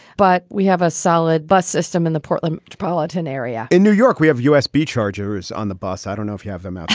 but we have a solid bus system in the portland politan area in new york, we have u s b chargers on the bus i don't know if you have them, but